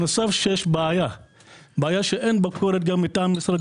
יש בעיה נוספת שאין ביקורת גם מטעם משרד